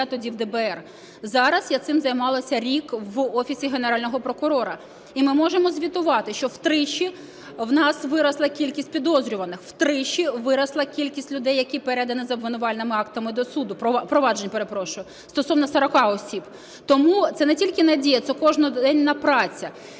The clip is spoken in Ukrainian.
я тоді в ДБР. Зараз я цим займалася рік в Офісі Генерального прокурора. І ми можемо звітувати, що втричі у нас виросла кількість підозрюваних, втричі виросла кількість людей, які передані з обвинувальними актами до суду, проваджень, перепрошую, стосовно 40 осіб. Тому це не тільки надія, це щоденна праця.